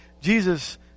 Jesus